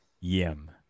Yim